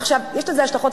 עכשיו, יש לזה השלכות.